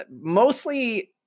mostly